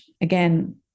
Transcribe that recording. again